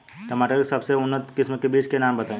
टमाटर के सबसे उन्नत किस्म के बिज के नाम बताई?